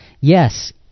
yes